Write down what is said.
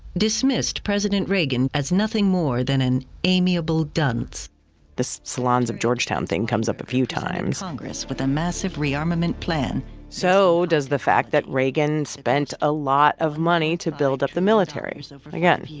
dismissed president reagan as nothing more than an amiable dunce this salons of georgetown thing comes up a few times congress with a massive rearmament plan so does the fact that reagan spent a lot of money to build up the military. so but again,